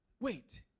Wait